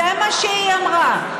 זה מה שהיא אמרה.